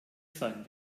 sein